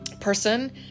person